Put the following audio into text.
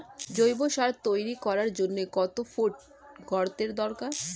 জৈব সার তৈরি করার জন্য কত ফুট গর্তের দরকার?